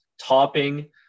topping